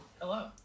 Hello